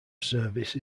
service